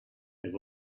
there